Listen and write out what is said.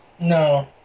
no